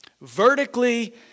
Vertically